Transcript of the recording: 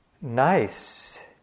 nice